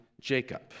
Jacob